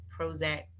Prozac